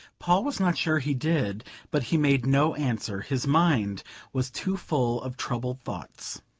paul was not sure he did but he made no answer. his mind was too full of troubled thoughts.